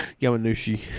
Yamanushi